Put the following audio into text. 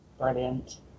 brilliant